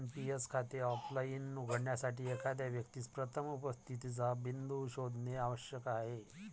NPS खाते offline उघडण्यासाठी, एखाद्या व्यक्तीस प्रथम उपस्थितीचा बिंदू शोधणे आवश्यक आहे